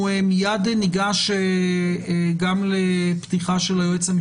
אני מתכבד לפתוח את דיון ועדת החוקה,